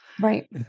Right